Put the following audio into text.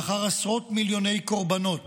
לאחר עשרות מיליוני קורבנות